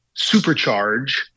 supercharge